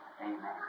Amen